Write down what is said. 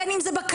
בין אם זה בכלבת,